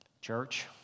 Church